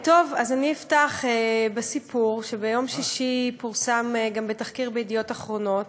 אני אפתח בסיפור שביום שישי פורסם גם בתחקיר ב"ידיעות אחרונות"